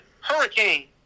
Hurricane